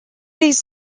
days